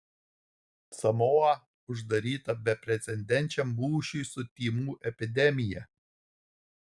samoa uždaryta beprecedenčiam mūšiui su tymų epidemija